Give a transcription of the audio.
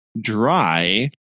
dry